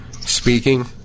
speaking